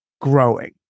growing